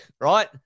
right